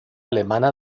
alemana